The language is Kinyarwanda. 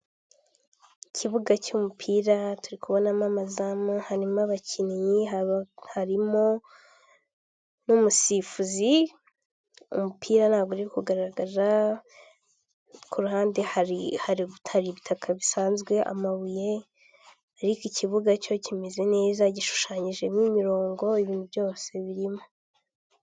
Inkuru igaragaza abantu bari kwamamaza umukandida dogiteri Habineza furaka mu matora ya perezida w'umukuru w'igihugu cy'u Rwanda.